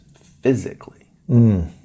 physically